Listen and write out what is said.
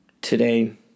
Today